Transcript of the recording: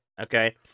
okay